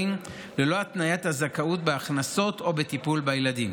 ללא התניית הזכאות בהכנסות או בטיפול בילדים.